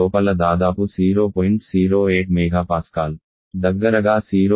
08 MPa దగ్గరగా 0